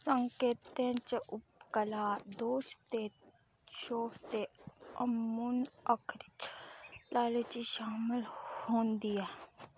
संकेतें च उपकला दोश ते शोफ ते अमून अक्खीं च लालची शामल होंदी ऐ